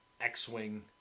X-Wing